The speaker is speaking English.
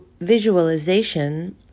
visualization